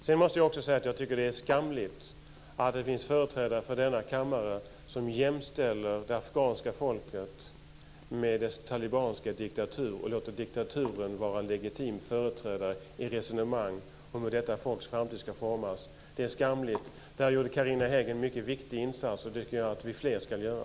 Sedan måste jag också säga att jag tycker att det är skamligt att det finns företrädare för denna kammare som jämställer det afghanska folket med dess talibanska diktatur och låter diktaturen vara en legitim företrädare i ett resonemang om hur detta folks framtid ska formas. Det är skamligt. I det avseendet gjorde Carina Hägg en mycket viktig insats, och det tycker jag att fler ska göra.